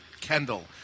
Kendall